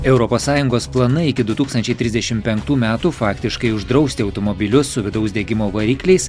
europos sąjungos planai iki du tūkstančiai trisdešim penktų metų faktiškai uždrausti automobilius su vidaus degimo varikliais